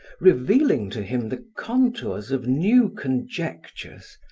revealing to him the contours of new conjectures,